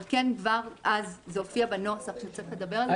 אבל כבר אז זה הופיע בנוסח שצריך לדבר עליו.